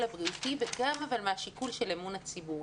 הבריאותי וגם מהשיקול של אמון הציבור.